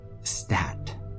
stat